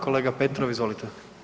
Kolega Petrov izvolite.